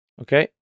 Okay